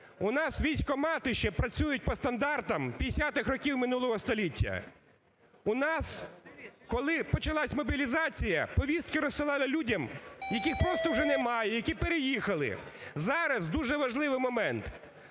У нас військкомати ще працюють по стандартам 50-х років минулого століття. У нас, коли почалась мобілізація, повістки розсилали людям, яких просто вже немає, які переїхали. Зараз дуже важливий момент,